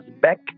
back